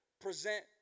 present